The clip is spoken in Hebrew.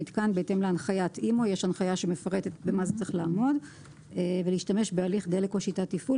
אבל עדיין הם אמורים לעמוד בדרישות על בסיס אותה